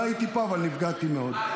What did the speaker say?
לא הייתי פה, אבל נפגעתי מאוד.